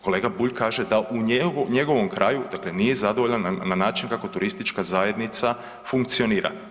Kolega Bulj kaže da u njegovom kraju, dakle nije zadovoljan način kako turistička zajednica funkcionira.